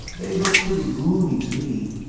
they look pretty gloomy to me.